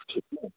ठीक है